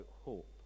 hope